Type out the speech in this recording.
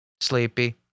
Sleepy